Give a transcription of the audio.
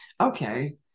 okay